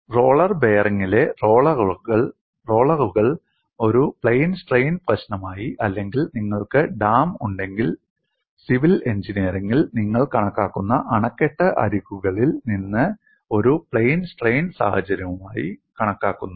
roller ബെയറിംഗിലെ റോളറുകൾ ഒരു പ്ലെയിൻ സ്ട്രെയിൻ പ്രശ്നമായി അല്ലെങ്കിൽ നിങ്ങൾക്ക് ഡാം ഉണ്ടെങ്കിൽ സിവിൽ എഞ്ചിനീയറിംഗിൽ നിങ്ങൾ കണക്കാക്കുന്ന അണക്കെട്ട് അരികുകളിൽ നിന്ന് ഒരു പ്ലെയിൻ സ്ട്രെയിൻ സാഹചര്യമായി കണക്കാക്കുന്നു